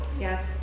Yes